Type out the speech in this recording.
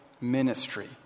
ministry